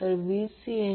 तर हे Z 2